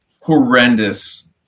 horrendous